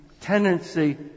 tendency